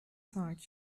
cinq